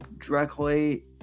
directly